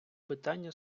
питання